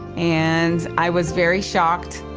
and i was very shocked.